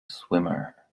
swimmer